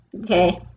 Okay